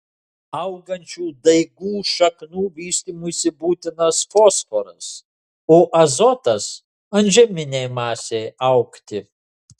augančių daigų šaknų vystymuisi būtinas fosforas o azotas antžeminei masei augti